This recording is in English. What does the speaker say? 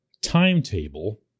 timetable